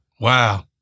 Wow